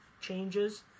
changes